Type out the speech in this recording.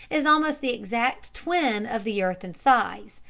is almost the exact twin of the earth in size,